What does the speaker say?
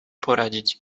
poradzić